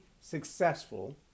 successful